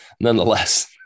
nonetheless